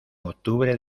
octubre